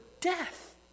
death